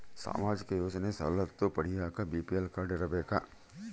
ಸಾಮಾಜಿಕ ಯೋಜನೆ ಸವಲತ್ತು ಪಡಿಯಾಕ ಬಿ.ಪಿ.ಎಲ್ ಕಾಡ್೯ ಇರಬೇಕಾ?